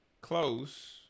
close